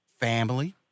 family